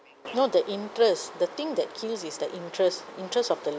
no the interest the thing that kills is the interest interest of the